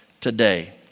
Today